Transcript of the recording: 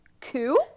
coup